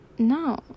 no